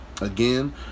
Again